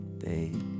babe